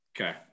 Okay